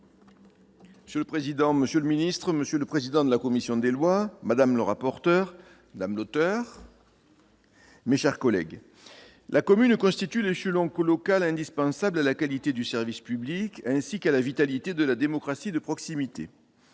Monsieur le président, monsieur le ministre, monsieur le président de la commission des lois, madame le rapporteur, mes chers collègues, la commune constitue l'échelon local indispensable à la qualité du service public, ainsi qu'à la vitalité de la démocratie de proximité.